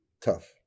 tough